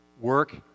work